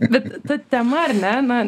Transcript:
bet ta tema ar ne na